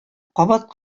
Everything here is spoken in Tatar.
кабат